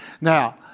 Now